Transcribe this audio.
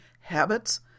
habits